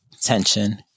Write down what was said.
tension